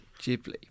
Ghibli